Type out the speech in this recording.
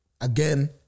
again